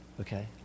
okay